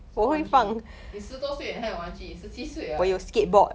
什么玩具你十多岁你还有玩具你十七岁 [what]